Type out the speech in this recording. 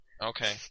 Okay